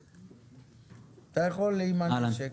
אתה יכול עם הנשק.